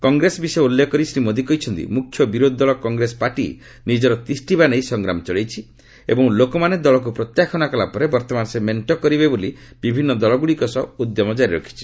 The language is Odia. କଂଗ୍ରେସ ବିଷୟ ଉଲ୍ଲେଖ କରି ଶ୍ରୀ ମୋଦି କହିଛନ୍ତି ମୁଖ୍ୟ ବିରୋଧୀ ଦଳ କଂଗ୍ରେସ ପାର୍ଟି ନିଜର ତିଷ୍ଠିବା ନେଇ ସଂଗ୍ରାମ ଚଳାଇଛି ଏବଂ ଲୋକମାନେ ଦଳକ୍ ପ୍ରତ୍ୟାଖ୍ୟାନ କଲାପରେ ବର୍ତ୍ତମାନ ସେ ମେଣ୍ଟ କରିବ ବୋଲି ବିଭିନ୍ନ ଦଳଗୁଡ଼ିକ ସହ ଉଦ୍ୟମ ଜାରି ରଖିଛି